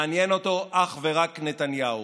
מעניין אותו אך ורק נתניהו.